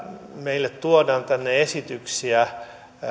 meille tuodaan tänne esityksiä